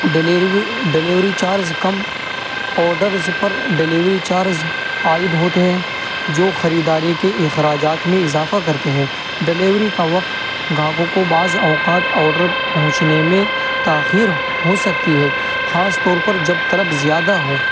delivery charges کم orders پر delivery charges عائد ہوتے ہیں جو خریداری کے اخراجات میں اضافہ کرتے ہیں ڈلیوری کا وقت گراہکوں کو بعض اوقات آڈر پہنچنے میں تاخیر ہو سکتی ہے خاص طور پر جب طلب زیادہ ہو